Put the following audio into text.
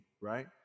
right